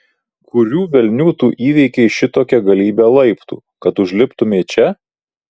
kurių velnių tu įveikei šitokią galybę laiptų kad užliptumei čia